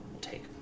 take